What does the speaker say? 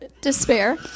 despair